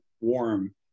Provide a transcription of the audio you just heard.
warm